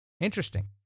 Interesting